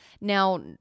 Now